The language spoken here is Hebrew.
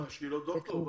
שהיא לא דוקטור?